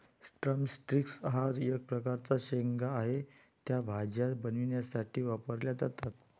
drum sticks हा एक प्रकारचा शेंगा आहे, त्या भाज्या बनवण्यासाठी वापरल्या जातात